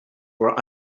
were